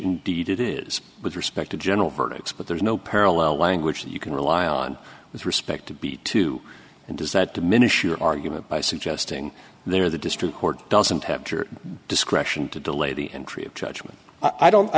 indeed it is with respect to general verdicts but there's no parallel language that you can rely on with respect to be two and does that diminish your argument by suggesting there the district court doesn't have discretion to delay the entry of judgment i don't i